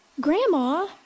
Grandma